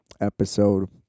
episode